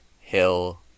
Hill